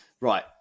Right